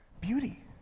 beauty